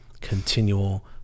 continual